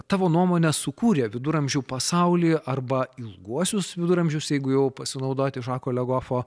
tavo nuomone sukūrė viduramžių pasaulį arba ilguosius viduramžius jeigu jau pasinaudoti žako legofo